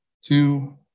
two